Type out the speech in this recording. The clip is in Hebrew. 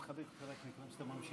מיכאל, אתה יודע למה?